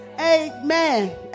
Amen